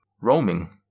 roaming